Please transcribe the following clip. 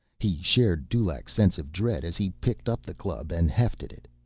he shared dulaq's sense of dread as he picked up the club and hefted it.